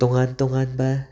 ꯇꯣꯉꯥꯟ ꯇꯣꯉꯥꯟꯕ